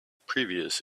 previous